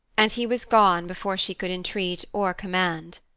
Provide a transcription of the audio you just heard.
and he was gone before she could entreat or command.